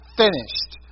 finished